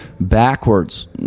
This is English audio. backwards